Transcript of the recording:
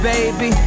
baby